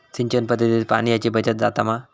सिंचन पध्दतीत पाणयाची बचत जाता मा?